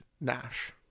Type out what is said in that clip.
Nash